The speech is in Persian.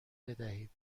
بدهید